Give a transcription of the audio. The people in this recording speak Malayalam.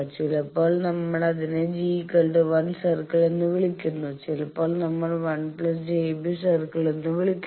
ചിലപ്പോൾ നമ്മൾ അതിനെ G1 സർക്കിൾ എന്ന് വിളിക്കുന്നു ചിലപ്പോൾ നമ്മൾ 1 j B സർക്കിൾ വിളിക്കുന്നു